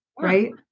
Right